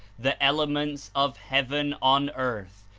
the elements of heaven on earth,